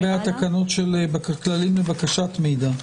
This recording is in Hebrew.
זה לגבי הכללים לבקשת מידע.